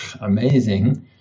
amazing